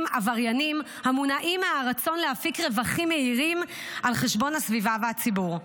עברייניים המונעים מהרצון להפיק רווחים מהירים על חשבון הסביבה והציבור.